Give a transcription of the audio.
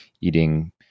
eating